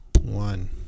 one